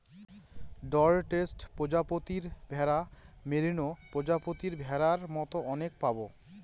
Dorset প্রজাতির ভেড়া, merino প্রজাতির ভেড়ার মতো অনেক পাবো